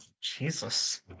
Jesus